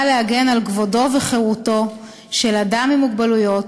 להגן על כבודו וחירותו של אדם עם מוגבלות,